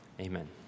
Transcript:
amen